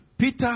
Peter